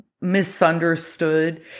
misunderstood